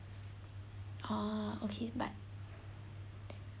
ah okay but